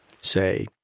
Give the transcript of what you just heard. say